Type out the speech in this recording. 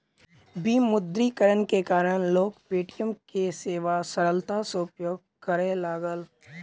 विमुद्रीकरण के कारण लोक पे.टी.एम के सेवा सरलता सॅ उपयोग करय लागल